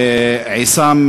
עיסאם